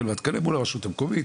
מול הרשות המקומית,